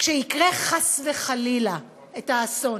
כשיקרה חס חלילה האסון,